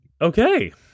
Okay